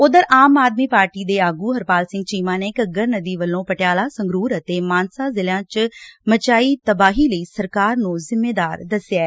ਉਧਰ ਆਮ ਆਦਮੀ ਪਾਰਟੀ ਦੇ ਆਗੁ ਹਰਪਾਲ ਸਿੰਘ ਚੀਮਾ ਨੇ ਘੱਗਰ ਨਦੀ ਵੱਲੋਂ ਪਟਿਆਲਾ ਸੰਗਰੁਰ ਅਤੇ ਮਾਨਸਾ ਜ਼ਿਲ੍ਹਿਆਂ ਚ ਮਚਾਈ ਤਬਾਹੀ ਲਈ ਸਰਕਾਰ ਨੂੰ ਜਿੰਮੇਦਾਰ ਦਸਿਐ